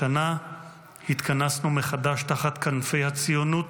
השנה התכנסנו מחדש תחת כנפי הציונות,